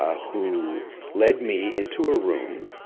ah who led me into a room,